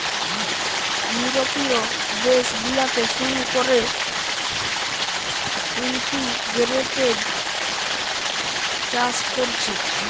ইউরোপীয় দেশ গুলাতে শুরু কোরে ইন্টিগ্রেটেড চাষ কোরছে